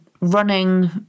running